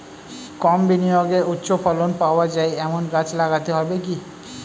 কম বিনিয়োগে উচ্চ ফলন পাওয়া যায় এমন গাছ লাগাতে হবে কি?